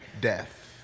death